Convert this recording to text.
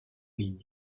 ligne